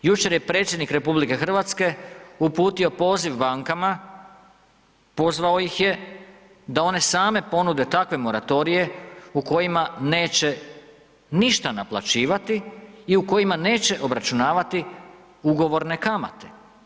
Jučer je predsjednik RH uputio poziv bankama, pozvao ih je da one same ponude takve moratorije u kojima neće ništa naplaćivati i u kojima neće obračunavati ugovorne kamate.